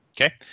Okay